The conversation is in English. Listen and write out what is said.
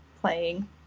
playing